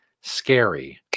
scary